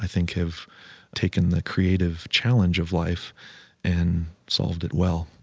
think, have taken the creative challenge of life and solved it well